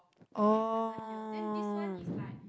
oh